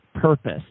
purpose